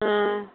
ꯑꯥ